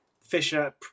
Fisher